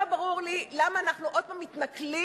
לא ברור לי למה אנחנו עוד הפעם מתנכלים